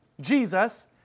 Jesus